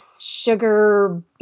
sugar